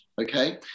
okay